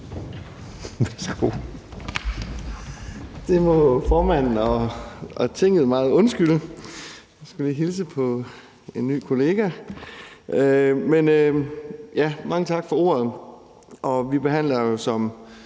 Det må formanden og Tinget meget undskylde. Jeg skulle lige hilse på ny kollega. Mange tak for ordet. Vi behandler, som